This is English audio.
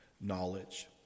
knowledge